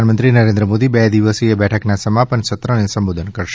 પ્રધાનમંત્રી નરેન્દ્ર મોદી બે દિવસીય બેઠકના સમાપન સત્રને સંબોધન કરશે